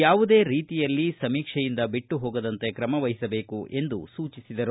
ಯಾವುದೇ ರೀತಿಯಲ್ಲಿ ಸಮೀಕ್ಷೆಯಿಂದ ಬಿಟ್ಟು ಹೋಗದಂತೆ ಕ್ರಮವಹಿಸಬೇಕು ಎಂದು ಸೂಚಿಸಿದರು